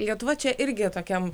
lietuva čia irgi tokiam